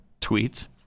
tweets